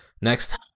Next